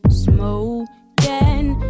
smoking